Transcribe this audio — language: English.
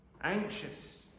Anxious